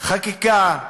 חקיקה,